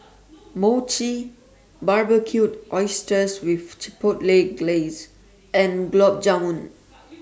Mochi Barbecued Oysters with Chipotle Glaze and Gulab Jamun